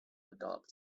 adopt